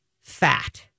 fat